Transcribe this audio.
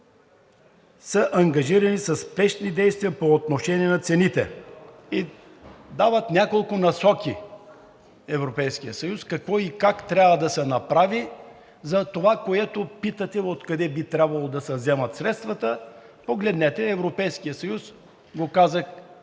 са ангажирани със спешни действия по отношение на цените. Европейският съюз дава няколко насоки какво и как трябва да се направи за това, което питате, откъде би трябвало да се вземат средствата. Погледнете, Европейският съюз го казва